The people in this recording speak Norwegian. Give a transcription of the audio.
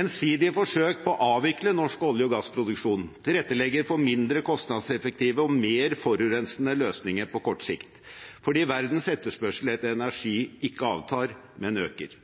Ensidige forsøk på å avvikle norsk olje- og gassproduksjon tilrettelegger for mindre kostnadseffektive og mer forurensende løsninger på kort sikt, fordi verdens etterspørsel etter energi ikke avtar, men øker.